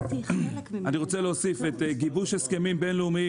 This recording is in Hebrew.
אני רוצה להוסיף את גיבוש הסכמים בין-לאומיים